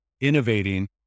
innovating